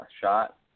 shot